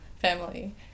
family